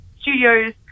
studios